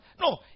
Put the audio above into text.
No